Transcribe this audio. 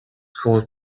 caused